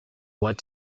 what